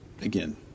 again